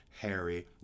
Harry